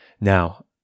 Now